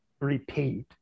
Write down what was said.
repeat